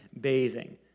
bathing